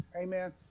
Amen